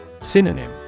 Synonym